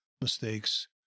mistakes